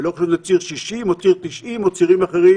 ולא משנה אם זה ציר 60 או ציר 90 או צירים אחרים,